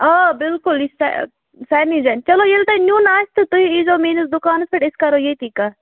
آ بِلکُل یہِ چھِ سا سارِنٕے جایَن چلو ییٚلہِ تۄہہِ نِیُن آسہِ تہٕ تُہۍ ییٖزیٚو میٛٲنِس دُکانَس پٮ۪ٹھ أسۍ کَرَو ییٚتھٕے کَتھ